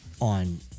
on